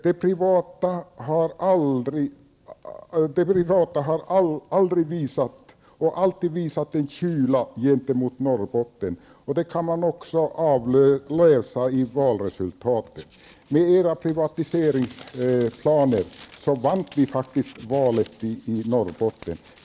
Det privata har alltid visat en kyla gentemot Norrbotten, och det kan man också avläsa i valresultatet. På grund av de borgerligas privatiseringsplaner vann vi socialdemokrater faktiskt valet i Norrbotten.